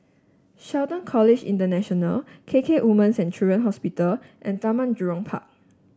Shelton College International K K Woman's and Children Hospital and Taman Jurong Park